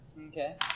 Okay